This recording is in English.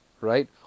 right